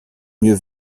mieux